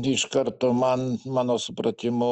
iš karto man mano supratimu